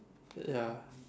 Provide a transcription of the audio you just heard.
ya